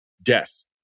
death